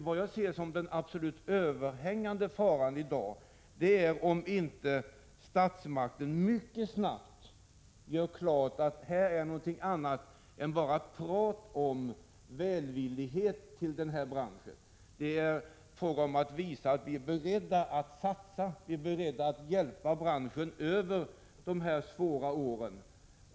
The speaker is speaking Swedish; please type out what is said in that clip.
Vad jag ser som den i dag absolut överhängande faran är att statsmakterna inte snabbt gör klart att det gäller annat än bara prat om välvillighet gentemot branschen. Statsmakterna måste visa att de är beredda att satsa och hjälpa branschen över de svåra åren.